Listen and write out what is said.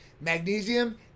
Magnesium